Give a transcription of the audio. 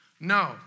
No